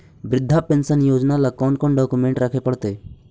वृद्धा पेंसन योजना ल कोन कोन डाउकमेंट रखे पड़तै?